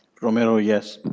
romero, yes.